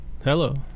Hello